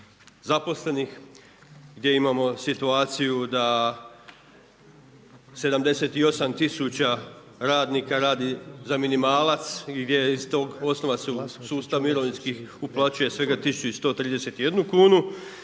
zaposlenih, gdje imamo situaciju da 78 tisuća radnika radi za minimalac gdje iz tog osnova se u sustav mirovinski uplaćuje svega 1.131 kunu,